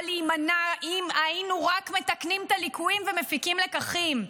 היה להימנע אם היינו רק מתקנים את הליקויים ומפיקים את הלקחים.